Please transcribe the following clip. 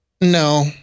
No